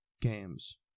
games